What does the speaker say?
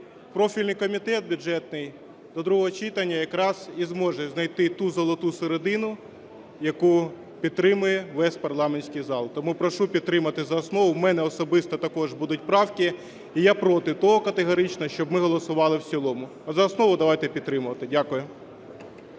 профільний комітет бюджетний до другого читання якраз і зможе знайти ту золоту середину, яку підтримує весь парламентський зал. Тому прошу підтримати за основу. В мене особисто також будуть правки і я проти того категорично, щоб ми голосували в цілому, а за основу давайте підтримувати. Дякую.